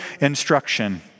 instruction